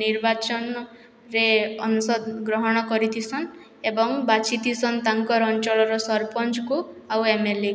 ନିର୍ବାଚନରେ ଅଂଶଗ୍ରହଣ କରିଥିସନ୍ ଏବଂ ବାଛିଥିସନ୍ ତାଙ୍କର୍ ଅଞ୍ଚଳର ସରପଞ୍ଚକୁ ଆଉ ଏମଏଲେକୁ